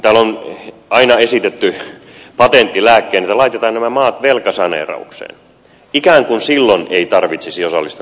täällä on aina esitetty patenttilääkkeenä että laitetaan nämä maat velkasaneeraukseen ikään kuin silloin ei tarvitsisi osallistua näitten maitten lainoittamiseen